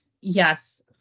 yes